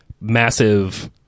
massive